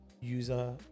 user